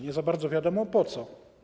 Nie za bardzo wiadomo, po co.